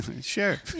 Sure